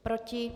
Proti?